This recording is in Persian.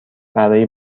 برای